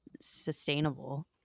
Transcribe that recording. sustainable